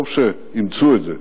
טוב שאימצו את זה,